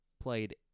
played